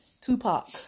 Tupac